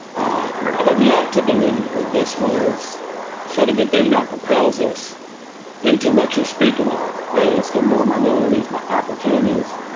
i would love to believe that this was sort of the thing that propels us into what you're speaking ah of. let's give more minorities my opportunities.